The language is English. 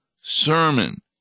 sermon